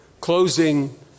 closing